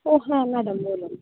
ও হ্যাঁ ম্যাডাম বলুন